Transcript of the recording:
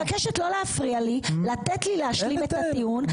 אני מבקשת לא להפריע לי ולתת לי להשלים את הטיעון.